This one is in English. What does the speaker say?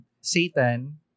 Satan